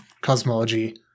cosmology